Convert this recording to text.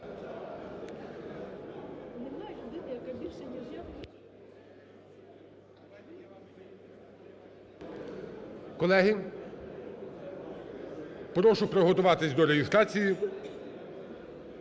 Колеги, прошу приготуватись до реєстрації